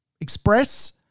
express